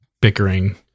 bickering